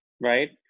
right